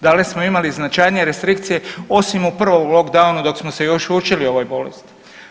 Da li smo imali značajnije restrikcije, osim u prvom lockdownu dok smo se još učili ovoj bolesti.